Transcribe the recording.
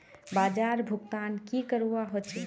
बाजार भुगतान की करवा होचे?